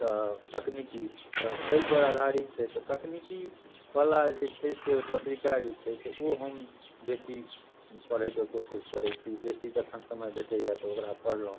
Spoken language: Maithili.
तकनीकी तऽ ताहिपर आधारित छै तऽ तकनीकीवला जे छै से पत्रिका जे छै से ओ हम बेसी पढ़ैके कोशिश करै छी बेसी जखन समय भेटैए तऽ ओकरा पढ़लहुँ